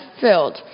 filled